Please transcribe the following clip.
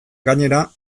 gainera